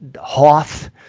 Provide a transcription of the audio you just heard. Hoth